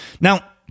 Now